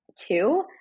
Two